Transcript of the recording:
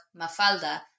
Mafalda